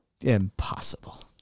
Impossible